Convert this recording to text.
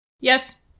Yes